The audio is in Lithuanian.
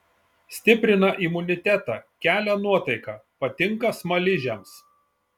stiprina imunitetą kelia nuotaiką patinka smaližiams